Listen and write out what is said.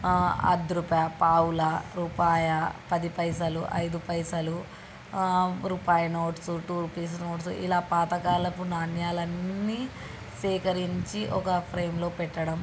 అర్దు రూపాయ పావులా రూపాయ పది పైసలు ఐదు పైసలు రూపాయి నోట్సు టూ రుపీస్ నోట్సు ఇలా పాత కాలపు నాణ్యాలన్నీ సేకరించి ఒక ఫ్రేమ్లో పెట్టడం